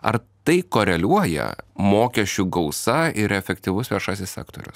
ar tai koreliuoja mokesčių gausa ir efektyvus viešasis sektorius